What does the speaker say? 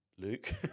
Luke